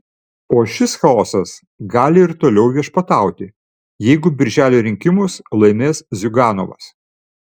o šis chaosas gali ir toliau viešpatauti jeigu birželio rinkimus laimės ziuganovas